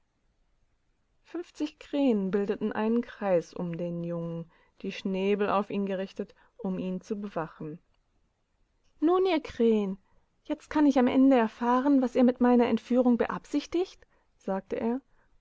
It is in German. fünfzig krähen bildeten einen kreis um den jungen die schnäbel auf ihn gerichtet um ihn zu bewachen nun ihr krähen jetzt kann ich am ende erfahren was ihr mit meiner entführung beabsichtigt sagte er